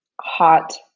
hot